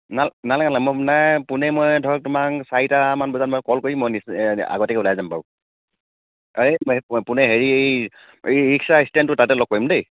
নাল নালাগে নালাগে মই মানে পোনে মই ধৰক তোমাক চাৰিটা মান বজাত মই কল কৰিম মই এ আগতেই ওলাই যাম বাৰু এই পোনে হেৰি এই এই ৰিক্সা ষ্টেণ্ডটো তাতে লগ কৰিম দেই